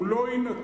הוא לא יינתן.